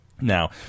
Now